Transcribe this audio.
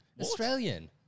Australian